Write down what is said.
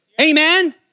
Amen